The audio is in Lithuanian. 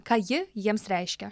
ką ji jiems reiškia